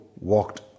walked